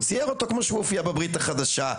הוא צייר אותו כמו שהוא מופיע בברית החדשה,